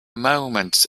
moments